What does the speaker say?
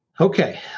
Okay